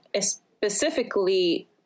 specifically